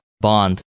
bond